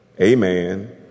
Amen